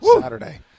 Saturday